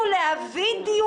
לדון בשתי